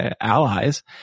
allies